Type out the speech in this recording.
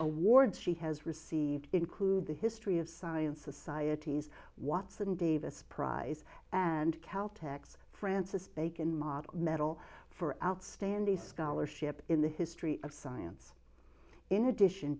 awards she has received include the history of science societies watson davis prize and cal tex francis bacon model medal for outstanding scholarship in the history of science in addition